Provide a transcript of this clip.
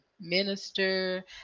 minister